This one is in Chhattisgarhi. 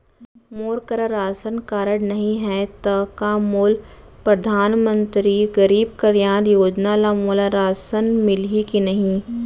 मोर करा राशन कारड नहीं है त का मोल परधानमंतरी गरीब कल्याण योजना ल मोला राशन मिलही कि नहीं?